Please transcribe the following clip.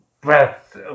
breath